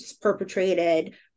perpetrated